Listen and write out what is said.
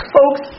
Folks